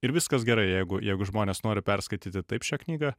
ir viskas gerai jeigu jeigu žmonės nori perskaityti taip šią knygą